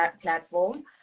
platform